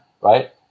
Right